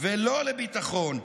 ולא לביטחון.